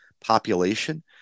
population